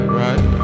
right